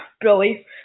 Billy